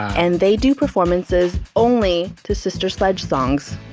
and they do performances only to sister sledge songs